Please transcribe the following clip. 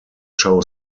show